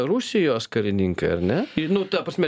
rusijos karininkai ar ne nu ta prasme